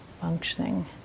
functioning